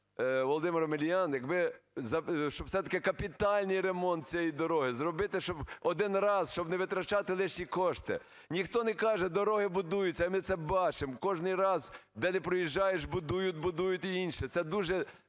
Володимире Омелян, щоб все-таки капітальний ремонт цієї дороги зробити, щоб один, щоб не витрачати лишні кошти. Ніхто не кажу, дороги будуються, і ми це бачимо. Кожний раз, де не проїжджаєш, будують, будують і інше. Це дуже…